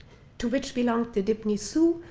to which belonged the dibni su,